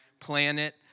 planet